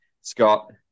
Scott